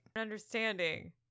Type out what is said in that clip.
understanding